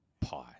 pie